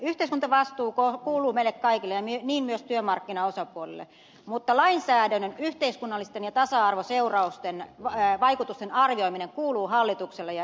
yhteiskuntavastuu kuuluu meille kaikille niin myös työmarkkinaosapuolille mutta lainsäädännön yhteiskunnallisten ja tasa arvoseurausten vaikutusten arvioiminen kuuluu hallitukselle ja eduskunnalle